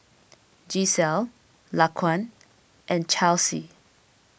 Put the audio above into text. Gisselle Laquan and Chelsea